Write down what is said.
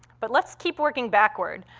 but let's keep working backward.